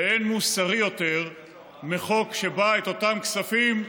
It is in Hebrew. אין מוסרי יותר מחוק שבא לבלום ממנה את אותם כספים.